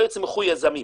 לא יצמחו יזמים.